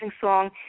song